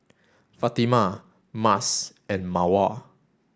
Fatimah Mas and Mawar